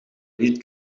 niet